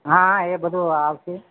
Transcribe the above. હા હા એ બધું આવશે